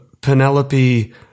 Penelope